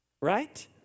right